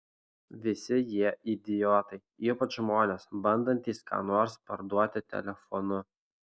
visi jie idiotai ypač žmonės bandantys ką nors parduoti telefonu